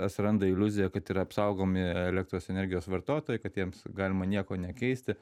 atsiranda iliuzija kad yra apsaugomi elektros energijos vartotojai kad jiems galima nieko nekeisti